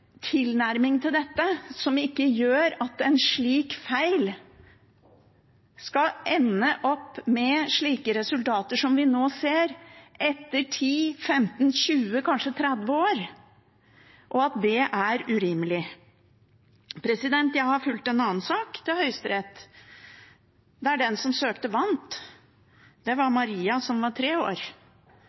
tilnærming til dette som ikke gjør at en slik feil skal ende opp med slike resultater som vi nå ser, etter 10, 15, 20, kanskje 30 år. Det er urimelig. Jeg har fulgt en annen sak til Høyesterett, der den som søkte, vant. Det var Maria, som var tre år,